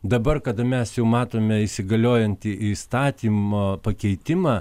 dabar kada mes jau matome įsigaliojantį įstatymo pakeitimą